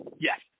yes